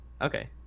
Okay